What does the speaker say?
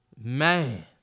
man